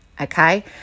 okay